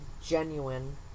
genuine